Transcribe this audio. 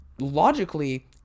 logically